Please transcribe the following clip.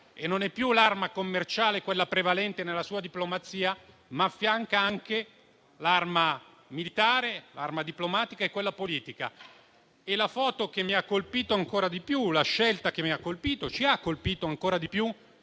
e non è più l'arma commerciale quella prevalente nella sua diplomazia, ma le affianca anche l'arma militare, quella diplomatica e quella politica. La foto che mi ha colpito ancora di più, la scelta che ci ha colpito ancora di più,